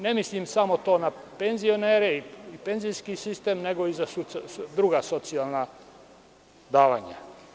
Ne mislim samo na penzionere i penzijski sistem, nego i na druga socijalna davanja.